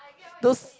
those